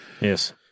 Yes